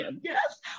Yes